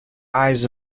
eyes